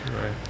right